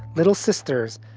little sisters.